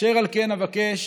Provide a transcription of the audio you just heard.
אשר על כן, אבקש